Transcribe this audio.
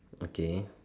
okay